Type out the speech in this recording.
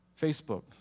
Facebook